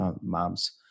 moms